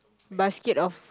basket of